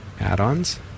add-ons